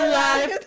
life